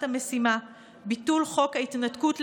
המשימה: ביטול חוק ההתנתקות לגמרי,